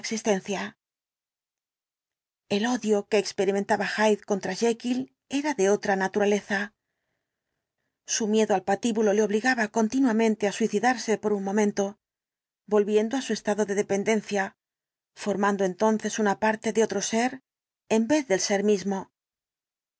existencia el odio que experimentaba hyde contra jekyll era de otra naturaleza su miedo al patíbulo le obligaba continuamente á suicidarse por un momento volviendo á su estado de deexplicación completa del caso pendencia formando entonces una parte de otro ser en vez del ser mismo